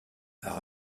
par